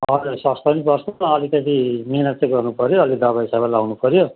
हजुर सस्तो नि पर्छ अलिकति मेहनत चाहिँ गर्नु पऱ्यो अलि दवाई सबाई लाउनु पऱ्यो